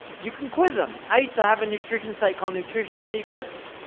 you can quiz em. i used to have a nutrition site called nutrition secrets,